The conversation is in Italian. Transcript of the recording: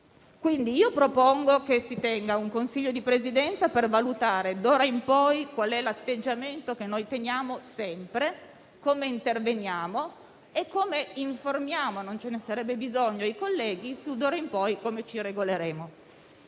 Propongo pertanto che si tenga un Consiglio di Presidenza per valutare d'ora in poi qual è l'atteggiamento da tenere sempre, come interveniamo e come informiamo - non ce ne sarebbe bisogno - i colleghi su come ci regoleremo